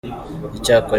icyakora